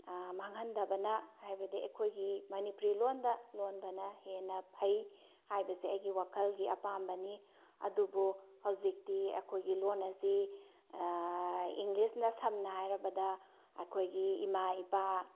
ꯃꯥꯡꯍꯟꯗꯕꯅ ꯍꯥꯏꯕꯗꯤ ꯑꯩꯈꯣꯏꯒꯤ ꯑꯝꯅꯤꯄꯨꯔꯤ ꯂꯣꯟꯗ ꯂꯣꯟꯕꯅ ꯍꯦꯟꯅ ꯐꯩ ꯍꯥꯏꯕꯁꯦ ꯑꯩꯒꯤ ꯋꯥꯈꯜꯒꯤ ꯑꯄꯥꯝꯕꯅꯤ ꯑꯗꯨꯕꯨ ꯍꯧꯖꯤꯛꯇꯤ ꯑꯩꯈꯣꯏꯒꯤ ꯂꯣꯜ ꯑꯁꯤ ꯏꯪꯂꯤꯁꯅ ꯁꯝꯅ ꯍꯥꯏꯔꯕꯗ ꯑꯩꯈꯣꯏꯒꯤ ꯏꯃꯥ ꯏꯄꯥ